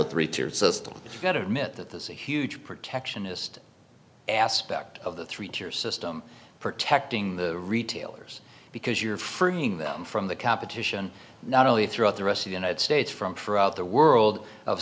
a three tier system you've got to admit that there's a huge protectionist aspect of the three tier system protecting the retailers because you're freeing them from the competition not only throughout the rest of united states from for about the world of